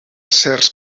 certs